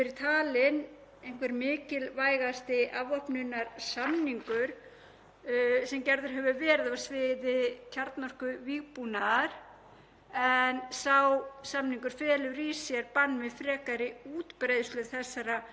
Sá samningur felur í sér bann við frekari útbreiðslu þessara háskalegu vopna en leggur jafnframt þær skyldur á herðar þeim ríkjum sem þegar búa yfir slíkum vopnum